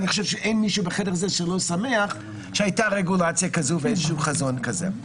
אני חושב שאין מישהו בחדר הזה שלא שמח שהייתה רגולציה כזאת וחזון כזה.